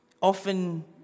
Often